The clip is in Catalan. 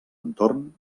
entorn